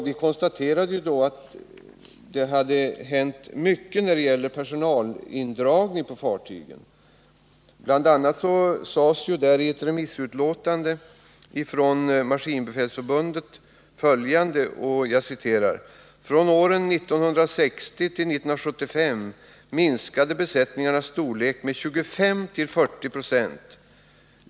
Vi konstaterade ju då att det hade hänt mycket när det gäller personalindragning på fartygen. Bl. a. sades i ett remissutlåtande från Maskinbefälsförbundet följande: ”Från åren 1960 till 1975 minskade besättningarnas storlek med 25-40 procent.